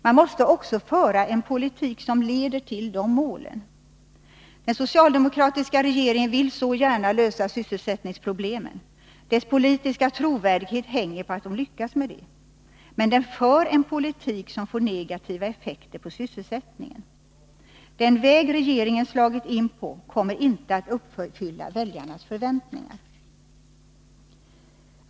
Man måste också föra en politik som leder till de målen. Den socialdemokratiska regeringen vill så gärna lösa sysselsättningsproblemen — dess politiska trovärdighet hänger på att de lyckas med det — men den för en politik som får negativa effekter på sysselsättningen. Den väg regeringen slagit in på kommer inte att uppfylla väljarnas förväntningar.